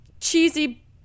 cheesy